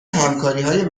همکاریهای